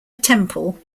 temple